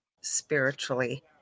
spiritually